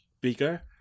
bigger